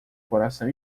coração